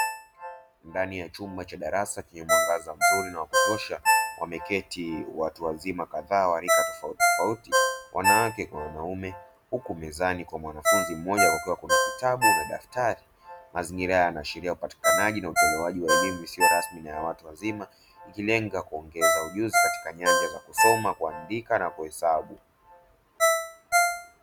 Ndani ya chumba cha darasa chenye mwangaza mzuri na wakutosha wameketi watu wazima kadhaa wa rika tofautitofauti wanawake kwa wanaume huku mezani kwa mwanafunzi mmoja kukiwa kuna kitabu na daftari. Mazingira haya yanaashiria upatikanaji na utolewaji wa elimu isiyo rasmi na ya watu wazima ikilenga kuongeza ujuzi katika nyanja za kusoma, kuandika na kuhesabu.